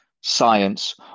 science